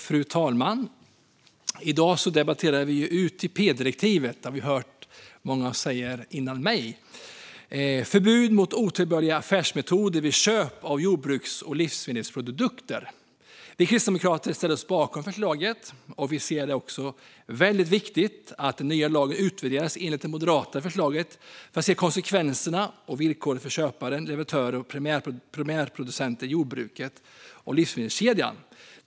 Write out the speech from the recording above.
Fru talman! I dag debatterar vi alltså UTP-direktivet, vilket många har sagt före mig. Det handlar om förbud mot otillbörliga affärsmetoder vid köp av jordbruks och livsmedelsprodukter. Vi kristdemokrater ställer oss bakom förslaget, och vi ser det också som väldigt viktigt att den nya lagen utvärderas enligt Moderaternas förslag för att se konsekvenserna och villkoren för köpare, leverantörer och primärproducenter i jordbruks och livsmedelskedjan.